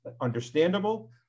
understandable